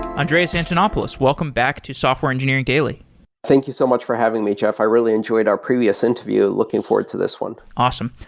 andreas antonopoulos, welcome back to software engineering daily thank you so much for having me, jeff. i really enjoyed our previous interview, looking forward to this one. awesome.